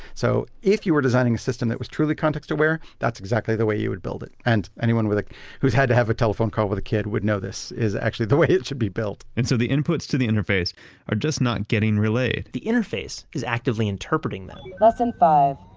so, if you were designing a system that was truly context aware, that's exactly the way you would build it. and anyone who's had to have a telephone call with a kid would know this, is actually the way it should be built and so, the inputs to the interface are just not getting relayed the interface is actively interpreting them lesson five.